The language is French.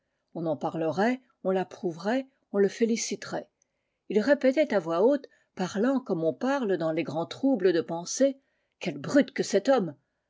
on en parlerait on l'approuverait on le féliciterait ii répétait à voix haute parlant comme on parle dans les grands troubles de pensée quelle brute que cet homme